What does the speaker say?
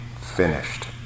finished